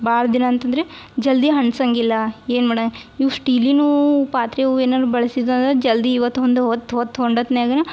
ಭಾಳ ದಿನ ಅಂತಂದರೆ ಜಲ್ದಿ ಹಳ್ಸಂಗಿಲ್ಲ ಏನು ಮಾಡ ಇವು ಶ್ಟೀಲಿನವು ಪಾತ್ರೆವು ಏನಾರೂ ಬಳ್ಸಿದ್ದು ಅಂದ್ರೆ ಜಲ್ದಿ ಇವತ್ತು ಹೊಂದ್ ಹೊತ್ತು ಹೊತ್ತು ಹೊಂಡತ್ನ್ಯಾಗನ